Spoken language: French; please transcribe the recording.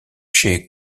chez